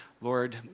Lord